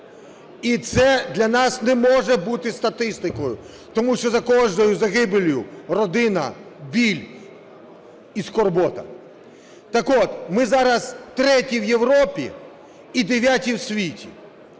І це для нас не може бути статистикою, тому що за кожною загибеллю – родина, біль і скорбота. Так от ми зараз треті в Європі і дев'яті в світі.